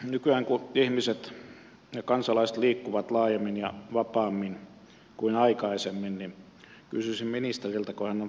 nykyään kun ihmiset ja kansalaiset liikkuvat laajemmin ja vapaammin kuin aikaisemmin kysyisin ministeriltä kun hän on paikalla